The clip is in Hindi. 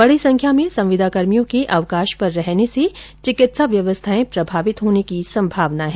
बडी संख्या में संविदाकर्मियों के अवकाश पर रहने से चिकित्सा व्यवस्थाए प्रभावित होने की संभावना है